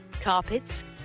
carpets